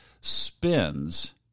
spins